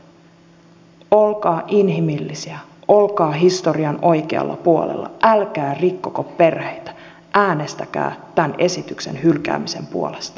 olkaa inhimillisiä olkaa historian oikealla puolella älkää rikkoko perheitä äänestäkää tämän esityksen hylkäämisen puolesta